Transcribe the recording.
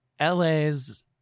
LA's